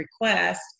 request